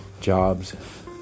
jobs